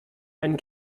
einen